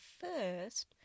first